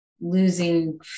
losing